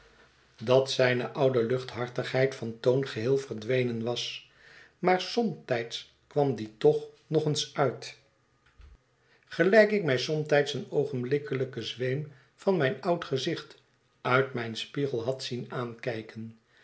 hartigheid van toon geheel verdwenen was maar somtijds kwam die toch nog eens uit gelijk ik mij somtijds een oogenblikkelijken zweem van mijn oud gezicht uit mijn spiegel had zien aankijken